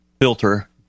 filter